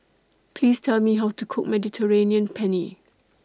Please Tell Me How to Cook Mediterranean Penne